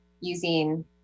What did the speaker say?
using